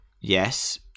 Yes